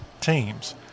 teams